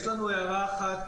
יש לנו קודם כול הערה אחת,.